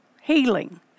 healing